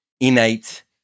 innate